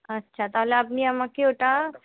আচ্ছা তাহলে আপনি আমাকে ওটা